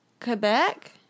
quebec